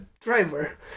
driver